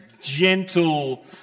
gentle